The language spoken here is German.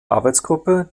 arbeitsgruppe